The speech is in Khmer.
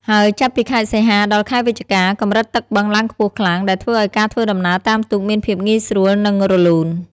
ហើយចាប់ពី ខែសីហា ដល់ ខែវិច្ឆិកា កម្រិតទឹកបឹងឡើងខ្ពស់ខ្លាំង ដែលធ្វើឲ្យការធ្វើដំណើរតាមទូកមានភាពងាយស្រួល និងរលូន។